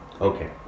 okay